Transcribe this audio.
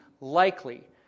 likely